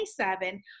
27